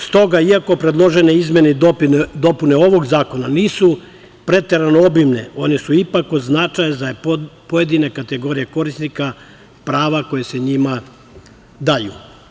Stoga, i ako predložene izmene i dopune ovog zakona nisu preterano obimne, one su ipak od značaja za pojedine kategorije korisnika prava koje se njima daju.